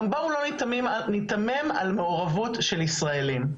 גם בואו לא ניתמם על מעורבות של ישראלים,